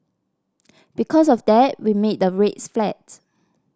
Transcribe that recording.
because of that we made the rates flat